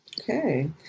Okay